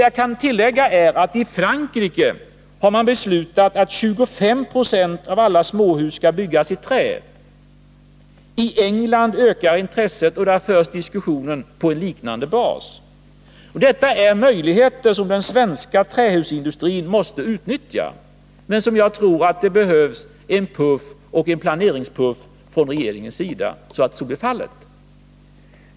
Jag kan tillägga att man i Frankrike har beslutat att 25 96 av alla småhus skall byggas i trä. I England ökar intresset, och diskussioner har förts på liknande bas. Detta är möjligheter som den svenska trähusindustrin måste utnyttja, men jag tror att det behövs en planeringspuff från regeringens sida för att så skall bli fallet.